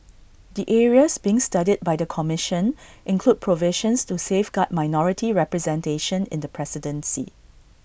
the areas being studied by the commission include provisions to safeguard minority representation in the presidency